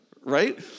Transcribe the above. Right